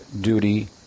duty